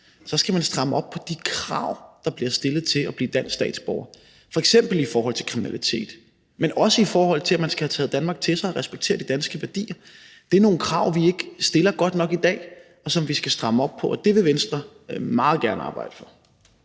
så skal man stramme op på de krav, der bliver stillet til at blive dansk statsborger, f.eks. i forhold til kriminalitet, men også i forhold til at man skal have taget Danmark til sig og respektere de danske værdier. Det er nogle krav, som vi ikke stiller godt nok i dag, og som vi skal stramme op på, og det vil Venstre meget gerne arbejde for.